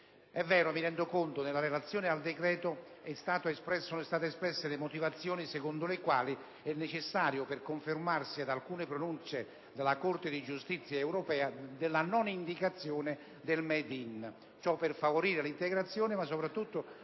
È vero, me ne rendo conto, che nella relazione al decreto sono state espresse le motivazioni secondo le quali è necessaria, per conformarsi ad alcune pronunce della Corte di giustizia delle comunità europee, la non indicazione «*made in*». Ciò per favorire l'integrazione, ma con una